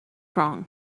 wrong